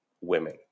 women